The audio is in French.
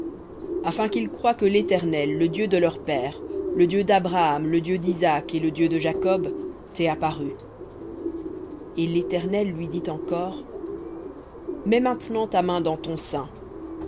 afin qu'ils croient que l'éternel le dieu de leurs pères le dieu d'abraham le dieu d'isaac et le dieu de jacob t'est apparu et l'éternel lui dit encore mets maintenant ta main dans ton sein